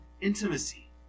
intimacy